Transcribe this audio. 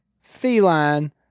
feline